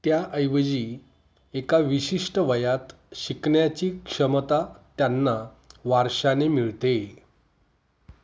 त्या ऐवजी एका विशिष्ट वयात शिकण्याची क्षमता त्यांना वारशाने मिळते